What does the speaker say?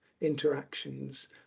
interactions